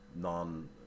non